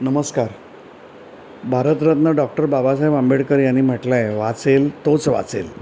नमस्कार भारतरत्न डॉक्टर बाबासाहेब आंबेडकर यांनी म्हटलं वाचेल तोच वाचेल